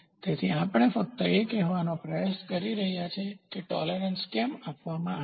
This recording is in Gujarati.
તેથી આપણે ફક્ત એ કહેવાનો પ્રયાસ કરી રહ્યાં છીએ કે ટોલેરન્સસહિષ્ણુતા કેમ આપવામાં આવે છે